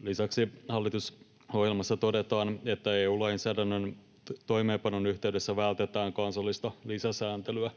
Lisäksi hallitusohjelmassa todetaan, että EU-lainsäädännön toimeenpanon yhteydessä vältetään kansallista lisäsääntelyä.